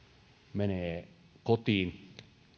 menee kotiin